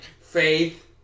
faith